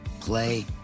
play